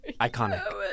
Iconic